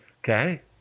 Okay